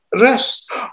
rest